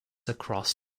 across